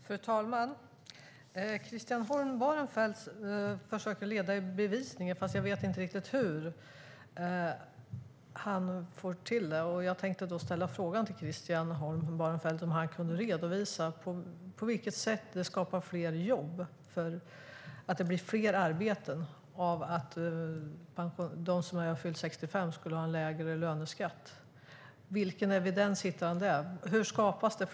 Fru talman! Christian Holm Barenfeld försöker leda i bevisning, fast jag vet inte riktigt hur han får till det, att det skapar fler jobb att de som har fyllt 65 år skulle ha en lägre löneskatt. Jag vill därför ställa frågan till Christian Holm Barenfeld om han kan redovisa på vilket sätt det skapar fler jobb. Vilken evidens finns för det?